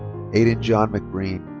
and john mcbreen.